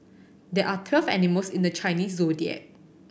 there are twelve animals in the Chinese Zodiac